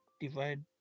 Divide